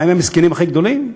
מה, הם המסכנים הכי גדולים?